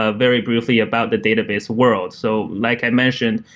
ah very briefly about the database world. so like i mentioned,